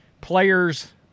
players